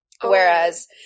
Whereas